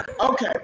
okay